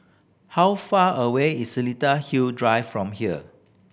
how far away is Seletar Hill Drive from here